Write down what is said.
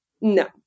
No